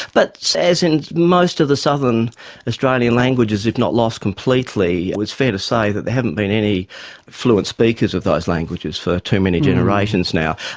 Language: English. but as in most of the southern australian languages, if not lost completely, it's fair to say that there haven't been any fluent speakers of those languages for too many generations now.